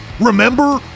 Remember